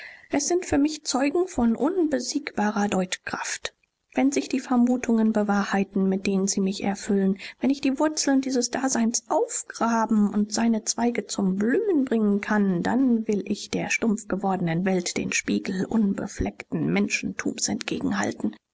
es sind für mich zeugen von unbesiegbarer deutkraft wenn sich die vermutungen bewahrheiten mit denen sie mich erfüllen wenn ich die wurzeln dieses daseins aufgraben und seine zweige zum blühen bringen kann dann will ich der stumpfgewordenen welt den spiegel unbefleckten menschentums